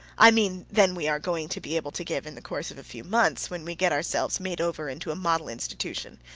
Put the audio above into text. i mean than we are going to be able to give in the course of a few months, when we get ourselves made over into a model institution.